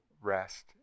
rest